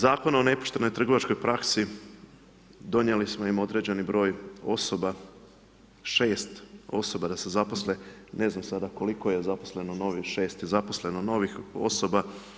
Zakon o nepoštenoj trgovačkoj praksi, donijeli smo im određeni br. osoba, 6 osoba da se zaposle, ne znam sada koliko je zaposleno, novih 6 je zaposleno novih osoba.